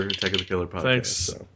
thanks